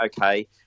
okay